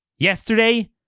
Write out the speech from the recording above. Yesterday